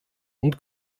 und